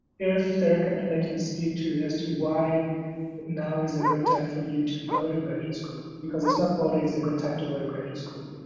if the recommender can speak as to why now is a good time for you to go to graduate school because it's not always a good time to go to graduate school.